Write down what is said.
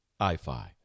iFi